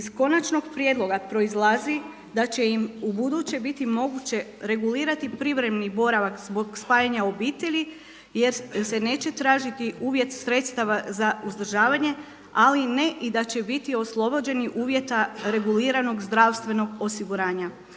iz konačnog prijedloga proizlazi da će im u buduće biti moguće regulirati privremeni boravak zbog spajanja obitelji jer se neće tražiti uvjet sredstava za uzdržavanje ali ne i da će biti oslobođeni uvjeta reguliranog zdravstvenog osiguranja.